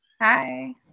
Hi